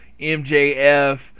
MJF